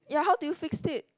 ya how do you fix it